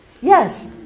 Yes